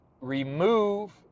remove